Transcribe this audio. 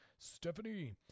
Stephanie